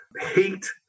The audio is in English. hate